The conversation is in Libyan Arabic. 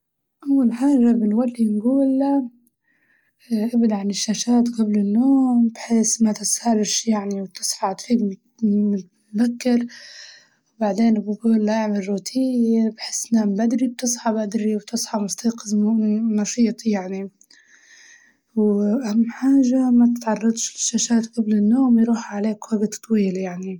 أول حاجة بنولي نقوله ابعد عن الشاشات قبل النوم بحيس ما تسهرش يعني وتصحى تفيق مت- متبكر، وبعدين بنقوله اعمل روتين بحيس نام بدري بتصحى بدري وتصحى مستيقظ من م- نشيط يعني، وأهم حاجة ما تتعرضش للشاشات قبل النوم يروح عليك وقت طويل يعني.